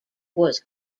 was